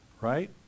Right